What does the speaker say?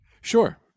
Sure